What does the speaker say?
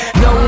no